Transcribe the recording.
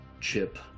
chip